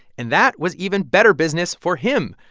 and that was even better business for him.